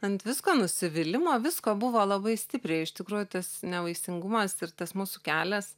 ant visko nusivylimo visko buvo labai stipriai iš tikrųjų tas nevaisingumas ir tas mūsų kelias